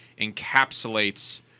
encapsulates